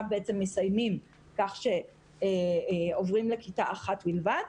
מסיימים עכשיו כך שעוברים לכיתה אחת בלבד.